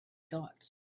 dots